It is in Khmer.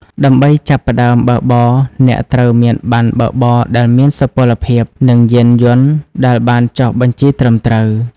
ដើម្បីចាប់ផ្តើមបើកបរ អ្នកត្រូវមានប័ណ្ណបើកបរដែលមានសុពលភាព និងយានយន្តដែលបានចុះបញ្ជីត្រឹមត្រូវ។